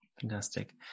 Fantastic